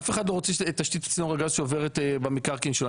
אף אחד לא רוצה תשתית צינור הגז שעוברת במקרקעין שלו,